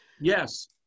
Yes